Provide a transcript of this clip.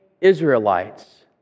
Israelites